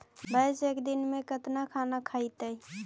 भैंस एक दिन में केतना खाना खैतई?